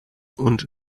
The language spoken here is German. und